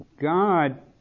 God